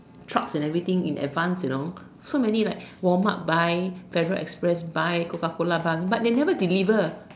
trucks and everything in advance you know so many like warm up buy travel express buy Coca-Cola buy but they never deliver